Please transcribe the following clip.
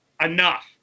enough